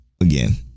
again